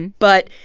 but,